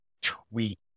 tweet